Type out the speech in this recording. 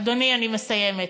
אדוני, אני מסיימת.